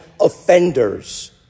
offenders